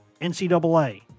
NCAA